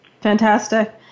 Fantastic